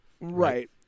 Right